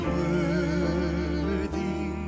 worthy